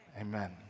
amen